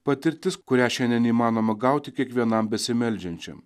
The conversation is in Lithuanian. patirtis kurią šiandien įmanoma gauti kiekvienam besimeldžiančiam